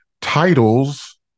titles